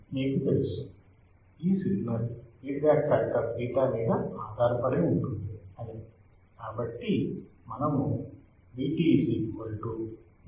మీకు తెలుసు ఈ సిగ్నల్ ఫీడ్ బ్యాక్ ఫాక్టర్ β మీద ఆధారపడి ఉంటుంది అని కాబట్టి మనము VtβVo అని వాస్తాము